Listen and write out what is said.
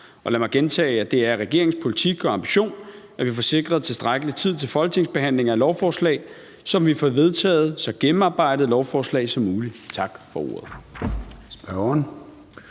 og lad mig gentage, at det er regeringens politik og ambition, at vi får sikret tilstrækkelig tid til folketingsbehandlinger af lovforslag, så vi får vedtaget så gennemarbejdede lovforslag som muligt. Tak for ordet.